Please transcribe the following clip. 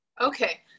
okay